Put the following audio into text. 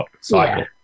cycle